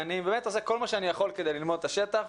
עושה כל מה שאני יכול כדי ללמוד את השטח.